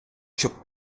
щоб